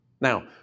Now